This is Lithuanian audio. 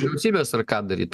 vyriausybės ar ką daryt